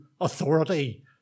authority